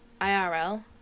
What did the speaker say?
IRL